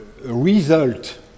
result